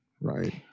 right